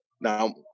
Now